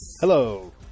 Hello